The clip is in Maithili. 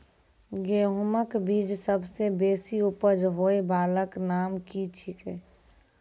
गेहूँमक बीज सबसे बेसी उपज होय वालाक नाम की छियै?